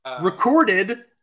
Recorded